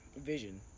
Vision